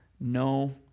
no